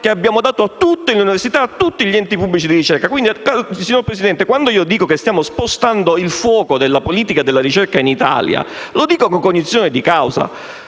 che abbiamo dato a tutte le università e a tutti gli enti pubblici di ricerca. Pertanto, signor Presidente, quando dico che stiamo spostando il fuoco della politica della ricerca in Italia, lo dico con cognizione di causa,